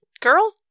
girl